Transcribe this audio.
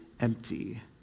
empty